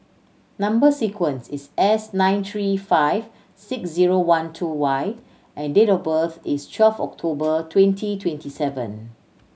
number sequence is S nine three five six zero one two Y and date of birth is twelfth October twenty twenty seven